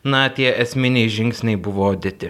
na tie esminiai žingsniai buvo dėti